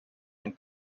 and